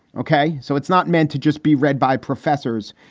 okay, so it's not meant to just be read by professors,